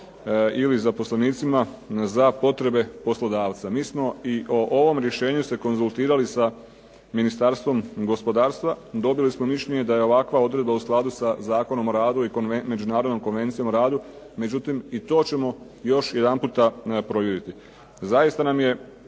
ovim zaposlenicima za potrebe poslodavca. Mi smo i o ovom rješenju se konzultirali sa Ministarstvom gospodarstva. Dobili smo mišljenje da je ovakva odredba u skladu sa Zakonom o radu i Međunarodnom konvencijom o radu, međutim i to ćemo još jedanputa provjeriti. Zaista nam je